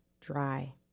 dry